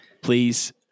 please